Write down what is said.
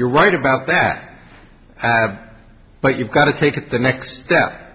you're right about that but you've got to take the next step